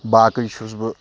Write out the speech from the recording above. باقٕے چھُس بہٕ